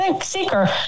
seeker